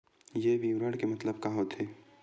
ये विवरण के मतलब का होथे?